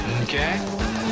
Okay